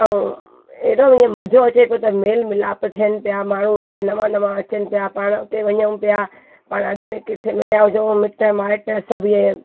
ऐं एॾो ईअं मज़ो अचे पियो त मेलमिलाप थियनि पिया माण्हू उते नवां नवां अचनि पिया पाण उते वञू पिया पाण अॻिमें कंहिंखे मिलिया हुजऊं मिट माइट सभु ईअं